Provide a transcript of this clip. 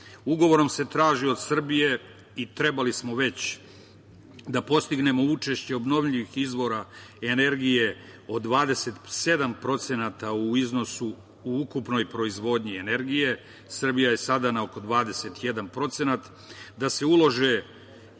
Ugovorom se traži od Srbije i trebali smo već da postignemo učešće obnovljivih izvora energije od 27% u iznosu u ukupnoj proizvodnji energije je sada na oko 21%, da se ulože